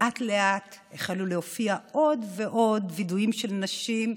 לאט-לאט החלו להופיע עוד ועוד וידויים של נשים,